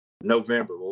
November